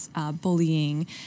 bullying